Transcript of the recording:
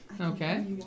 Okay